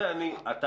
--- אתה